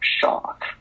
shock